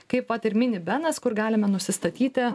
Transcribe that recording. kaip vat ir mini benas kur galime nusistatyti